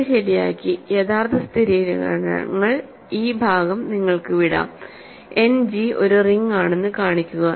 ഇത് ശരിയാക്കി യഥാർത്ഥ സ്ഥിരീകരണങ്ങൾ ഈ ഭാഗം നിങ്ങൾക്ക് വിടാം എൻഡ് ജി ഒരു റിംഗ് ആണെന്ന് കാണിക്കുക